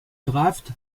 draft